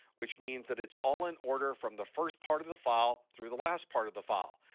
which means that it's all in order from the first part of the file through the last part of the file.